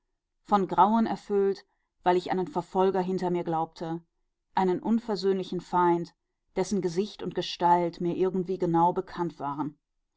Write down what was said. von grauen erfüllt weil ich einen verfolger hinter mir glaubte einen unversöhnlichen feind dessen gesicht und gestalt mir irgendwie genau bekannt waren